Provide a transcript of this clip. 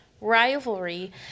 rivalry